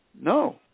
No